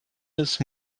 ist